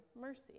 mercy